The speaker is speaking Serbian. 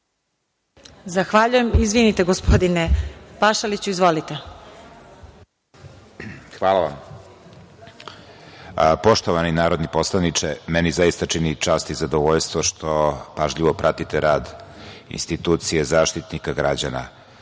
Zahvaljujem. Izvinite, gospodine Pašaliću. Izvolite. **Zoran Pašalić** Hvala vam. Poštovani narodni poslaniče, meni zaista čini čast i zadovoljstvo što pažljivo pratite rad institucije Zaštitnika građana. Na